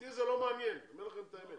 אותי זה לא מעניין, אני אומר לכם את האמת.